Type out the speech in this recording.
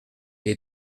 est